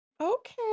Okay